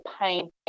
pain